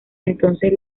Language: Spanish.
entonces